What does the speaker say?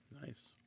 Nice